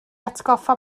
atgoffa